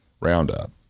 Roundup